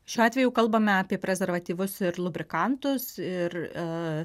šiuo atveju kalbame apie prezervatyvus lubrikantus ir